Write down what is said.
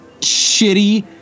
shitty